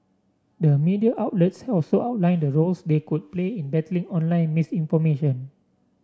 the media outlets also outlined the roles they could play in battling online misinformation